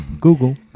google